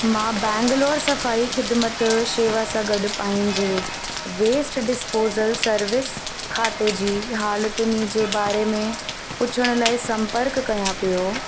मां बैंगलोर सफ़ाई खिदमत शेवा सां गॾु पांहिंजे वेस्ट डिस्पोज़ल सर्विस खाते जी हालतुनि जे बारे में पुछण लाइ संपर्क कयां पियो